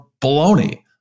baloney